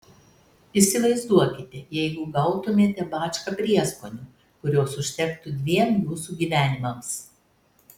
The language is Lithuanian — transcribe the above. įsivaizduokite jeigu gautumėte bačką prieskonių kurios užtektų dviem jūsų gyvenimams